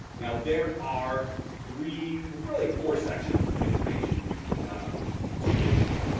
now there are three, before only four, sections of information to this sheet.